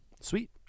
Sweet